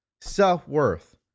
self-worth